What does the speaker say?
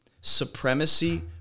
Supremacy